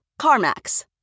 CarMax